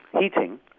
heating